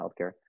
healthcare